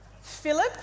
Philip